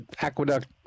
Aqueduct